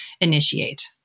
initiate